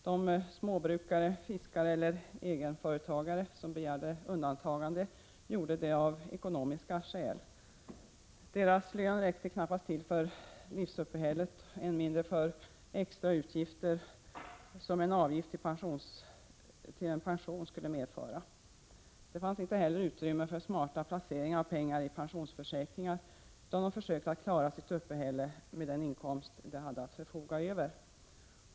De småbrukare, fiskare eller egenföretagare som begärde undantagande gjorde det av ekonomiska skäl. Deras lön räckte knappast till för livsuppehället, än mindre för extra utgifter som avgifter till en pension skulle medföra. Det fanns inte heller utrymme för smarta placeringar i pensionförsäkringar, utan de försökte att klara sitt uppehälle med den inkomst som de hade att förfoga över.